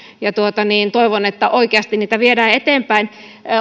ja toivon että oikeasti niitä viedään eteenpäin